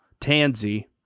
tansy